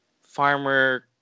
farmer